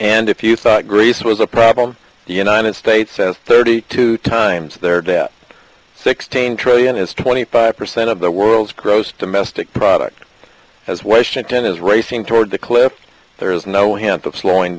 and if you thought greece was a problem the united states says thirty two times their debt sixteen trillion is twenty five percent of the world's gross domestic product has wasted ten is racing toward the cliff there is no hint of slowing